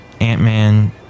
Ant-Man